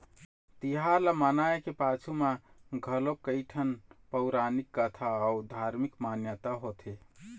तिहार ल मनाए के पाछू म घलोक कइठन पउरानिक कथा अउ धारमिक मान्यता होथे